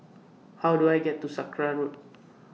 How Do I get to Sakra Road